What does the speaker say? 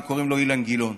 וקוראים לו אילן גילאון.